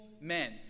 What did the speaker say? men